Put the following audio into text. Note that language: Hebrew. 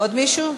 עוד מישהו?